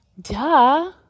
duh